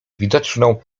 widoczną